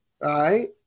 right